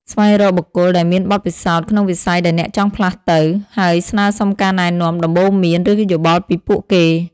ស្វែងរកបុគ្គលដែលមានបទពិសោធន៍ក្នុងវិស័យដែលអ្នកចង់ផ្លាស់ទៅ ហើយស្នើសុំការណែនាំ ដំបូន្មាន ឬយោបល់ពីពួកគេ។